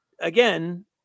again